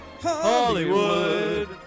Hollywood